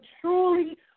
truly